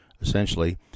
essentially